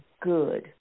good